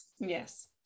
Yes